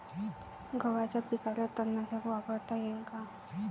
गव्हाच्या पिकाले तननाशक वापरता येईन का?